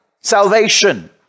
salvation